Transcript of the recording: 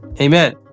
Amen